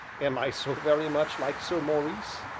am i so very much like sir maurice?